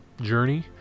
journey